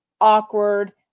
awkward